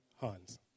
Hans